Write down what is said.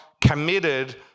committed